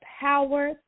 power